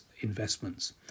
investments